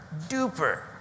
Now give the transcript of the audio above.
duper